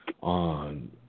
on